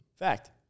Fact